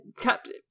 Captain